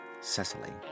Cecily